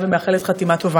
ומאחלת חתימה טובה.